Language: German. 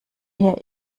hier